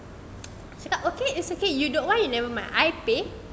saya cakap okay it's okay you don't want you nevermind I pay